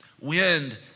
wind